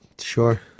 Sure